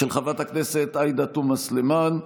של חברת הכנסת עאידה תומא סלימאן.